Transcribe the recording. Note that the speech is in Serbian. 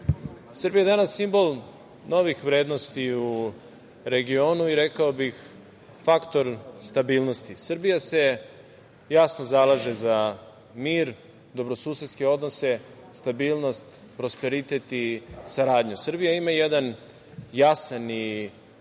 Srbija je danas simbol novih vrednosti u regionu i, rekao bih, faktor stabilnosti. Srbija se jasno zalaže za mir, dobrosusedske odnose, stabilnost, prosperitet i saradnju. Srbija ima jedan jasan i